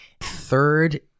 Third